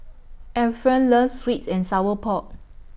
Efren loves Sweets and Sour Pork